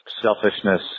selfishness